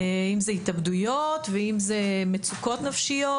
אם זה התאבדויות ואם זה מצוקות נפשיות